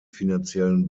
finanziellen